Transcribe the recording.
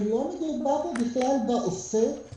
לא מדובר פה בכלל בעוסק,